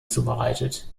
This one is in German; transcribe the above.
zubereitet